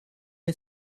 est